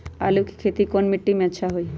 आलु के खेती कौन मिट्टी में अच्छा होइ?